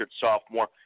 sophomore